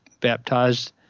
baptized